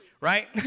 Right